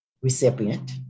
recipient